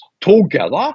together